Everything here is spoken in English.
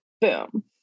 Boom